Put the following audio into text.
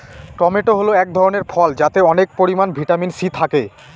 tomato হল এক ধরনের ফল যাতে অনেক পরিমান ভিটামিন সি থাকে